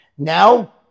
Now